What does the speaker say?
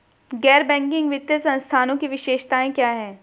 गैर बैंकिंग वित्तीय संस्थानों की विशेषताएं क्या हैं?